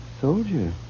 Soldier